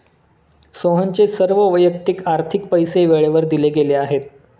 सोहनचे सर्व वैयक्तिक आर्थिक पैसे वेळेवर दिले गेले आहेत